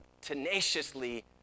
tenaciously